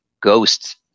Ghosts